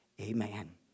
amen